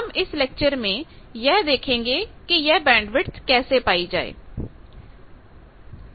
हम इस लेक्चर में यह देखेंगे कि यह बैंडविड्थ कैसे पायी जाये